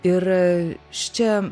ir šičia